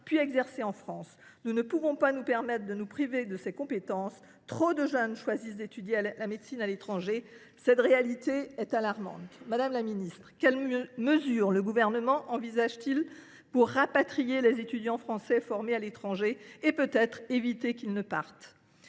puis exercer. Nous ne pouvons nous permettre de nous priver de leurs compétences. Trop de jeunes choisissent d’étudier la médecine à l’étranger ; cette réalité est alarmante. Madame la ministre, quelles mesures le Gouvernement envisage t il pour rapatrier les étudiants français formés à l’étranger et même éviter qu’ils ne partent ?